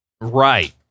right